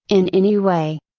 in any way.